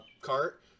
cart